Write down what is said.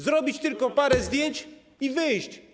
Zrobić tylko parę zdjęć i wyjść.